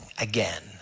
again